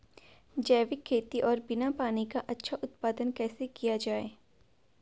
जैविक खेती और बिना पानी का अच्छा उत्पादन कैसे किया जाए?